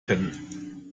kennen